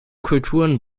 kulturen